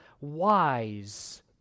wise